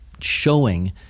showing